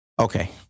Okay